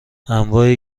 انواع